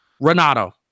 Renato